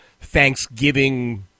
Thanksgiving